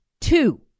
two